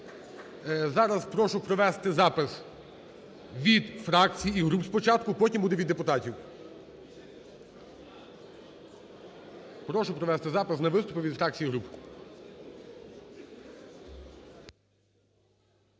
Зараз прошу провести запис від фракцій і груп спочатку, потім буде від депутатів. Прошу провести запис на виступи від фракцій і груп.